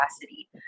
capacity